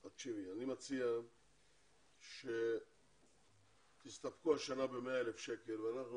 אני מציע שתסתפקו השנה ב-100,000 שקל ואנחנו